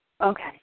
Okay